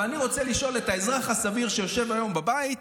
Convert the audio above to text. אבל אני רוצה לשאול את האזרח הסביר שיושב היום בבית.